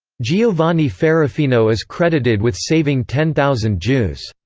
giovanni ferrofino is credited with saving ten thousand jews.